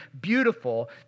beautiful